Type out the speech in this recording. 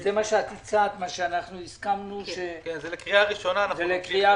זה לקריאה ראשונה.